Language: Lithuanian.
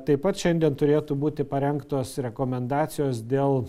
taip pat šiandien turėtų būti parengtos rekomendacijos dėl